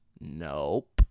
Nope